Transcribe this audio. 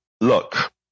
Look